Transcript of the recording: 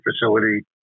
facility